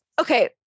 Okay